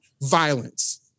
violence